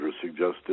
suggested